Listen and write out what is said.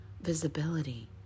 visibility